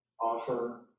offer